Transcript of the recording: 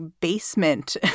basement